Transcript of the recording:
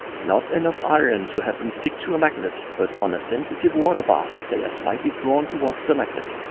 not enough iron to have them stick to a magnet but on a sensitive water bath they are sligtly drawn towards the magnet.